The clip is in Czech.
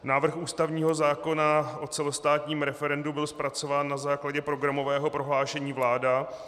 Návrh ústavního zákona o celostátním referendu byl zpracován na základě programového prohlášení vlády.